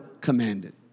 commanded